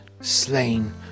slain